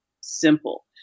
simple